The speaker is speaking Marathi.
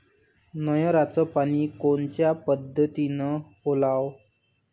नयराचं पानी कोनच्या पद्धतीनं ओलाव?